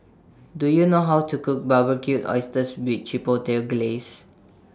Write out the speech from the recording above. Do YOU know How to Cook Barbecued Oysters with Chipotle Glaze